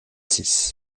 six